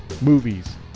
movies